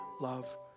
love